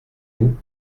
vous